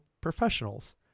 professionals